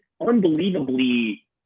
unbelievably